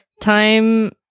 time